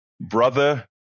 Brother